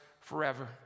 forever